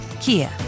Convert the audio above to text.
Kia